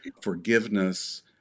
forgiveness